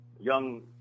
young